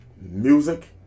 Music